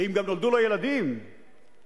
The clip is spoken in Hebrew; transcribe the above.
ואם גם נולדו לו ילדים ולאשתו,